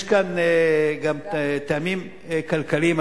יש כאן גם טעמים כלכליים.